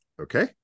Okay